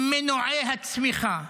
מנועי הצמיחה